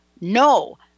No